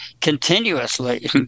continuously